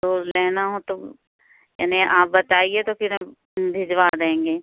तो लेना हो तो यानि आप बताइए तो फिर हम भिजवा देंगे